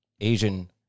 asian